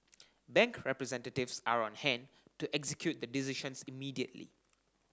bank representatives are on hand to execute the decisions immediately